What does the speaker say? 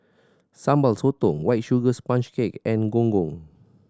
Sambal Sotong White Sugar Sponge Cake and Gong Gong